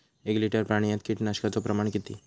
एक लिटर पाणयात कीटकनाशकाचो प्रमाण किती?